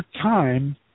time